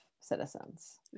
citizens